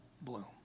bloom